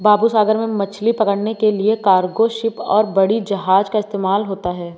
बाबू सागर में मछली पकड़ने के लिए कार्गो शिप और बड़ी जहाज़ का इस्तेमाल होता है